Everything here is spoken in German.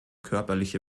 körperliche